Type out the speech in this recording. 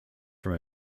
from